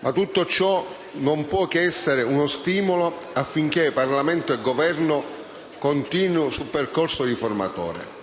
Ma tutto ciò non può che essere uno stimolo affinché Parlamento e Governo continuino sul percorso riformatore.